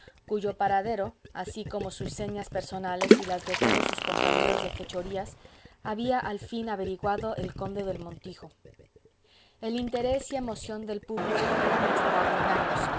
cuyo paradero así como sus señas personales y las de todos sus compañeros de fechorías había al fin averiguado el conde del montijo el interés y emoción del público eran extraordinarios